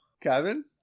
Kevin